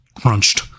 crunched